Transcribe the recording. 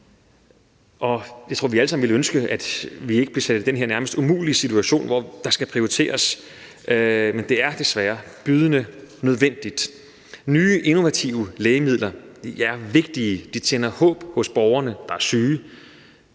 Jeg tror, at vi alle sammen ville ønske, at vi ikke blev sat i den her nærmest umulige situation, hvor der skal prioriteres, men det er desværre bydende nødvendigt. Nye innovative lægemidler er vigtige – de tænder håb hos borgere, der er syge,